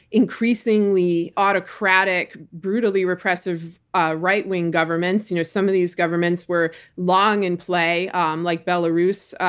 increasingly autocratic, brutally repressive ah right wing governments. you know some of these governments were long in play um like belarus,